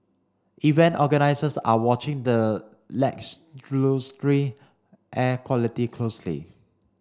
event organisers are watching the air quality closely